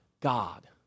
God